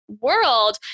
world